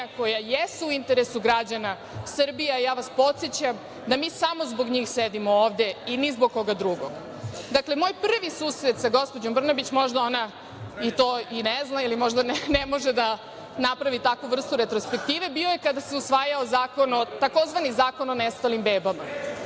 koja jesu u interesu građana Srbije. Ja vas podsećam da samo zbog njih sedimo ovde i ni zbog koga drugog. Dakle, moj prvi susret sa gospođom Brnabić, možda ona to i ne zna ili možda ne može da napravi takvu vrstu retrospektive bio je kada se usvajao takozvani Zakon o nestalim bebama. Dakle,